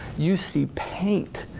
you see paint,